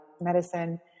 medicine